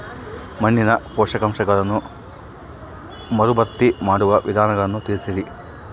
ಮಣ್ಣಿನ ಪೋಷಕಾಂಶಗಳನ್ನು ಮರುಭರ್ತಿ ಮಾಡುವ ವಿಧಾನಗಳನ್ನು ತಿಳಿಸಿ?